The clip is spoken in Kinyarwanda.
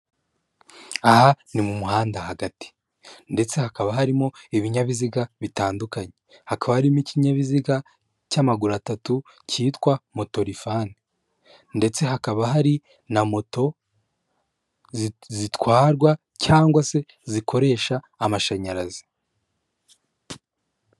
Aha ni mu muhanda hagati ndetse hakaba harimo ibinyabiziga bitandukanye, hakaba hari ikinyabiziga cy'amaguru atatu cyitwa moto rifanani ndetse hakaba hari na moto zitwarwa cyangwase se zikoresha amashanyarazi.